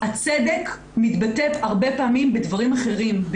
הצדק מתבטא הרבה פעמים בדברים אחרים,